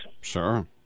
Sure